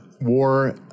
war